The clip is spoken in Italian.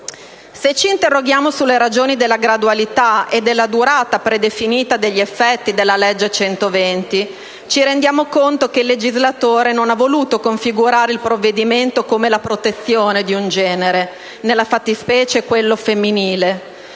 Se ci interroghiamo sulle ragioni della gradualità e della durata predefinita degli effetti della legge n. 120, ci rendiamo conto che il legislatore non ha voluto configurare il provvedimento come la protezione di un genere (nella fattispecie quello femminile),